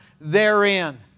therein